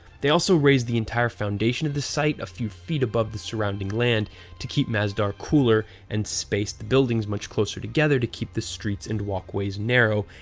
they also raised the entire foundation of the site a few feet above the surrounding land to keep masdar cooler and spaced the buildings much closer together to keep the streets and walkways narrow,